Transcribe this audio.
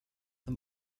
them